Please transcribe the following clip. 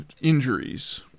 injuries